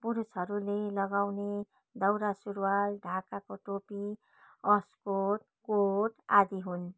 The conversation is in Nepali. पुरूषहरूले लगाउने दौरा सुरुवाल ढाकाको टोपी अस्कोट कोट आदि हुन्